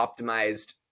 optimized